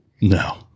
No